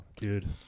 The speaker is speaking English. Dude